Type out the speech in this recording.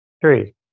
three